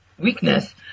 weakness